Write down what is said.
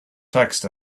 text